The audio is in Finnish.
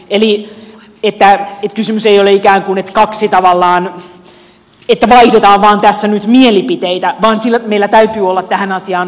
eli kysymys ei ole ikään kuin siitä että vaihdetaan vain tässä nyt mielipiteitä vaan meillä täytyy olla tähän asiaan kanta